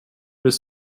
bis